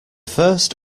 first